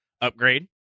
upgrade